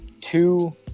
two